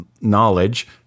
knowledge